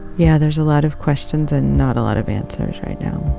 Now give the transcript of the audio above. yeah, there's a lot of questions and not a lot of answers right now